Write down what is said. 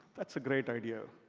that's a great idea.